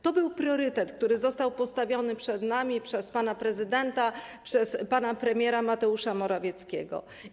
To był priorytet, który został postawiony przed nami przez pana prezydenta, przez pana premiera Mateusza Morawieckiego.